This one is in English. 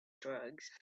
drugs